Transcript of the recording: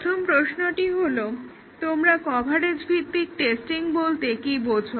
প্রথম প্রশ্নটি হলো তোমরা কভারেজ ভিত্তিক টেস্টিং বলতে কী বোঝো